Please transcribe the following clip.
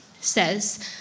says